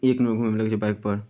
एक नंबर घूमयमे लगैत छै बाइकपर